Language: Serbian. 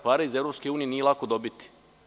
Pare iz EU nije lako dobiti.